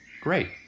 Great